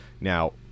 Now